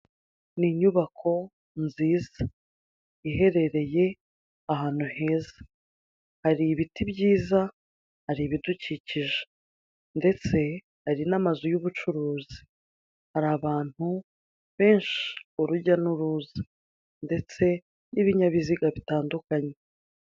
Ni inyubako nziza, iherereye ahantu heza, hari ibiti byiza, hari ibidukikije ndetse hari n'amazu y'ubucuruzi, hari abantu benshi urujya n'uruza ndetse n'ibinyabiziga bitandukanye.